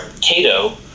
Cato